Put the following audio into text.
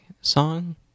song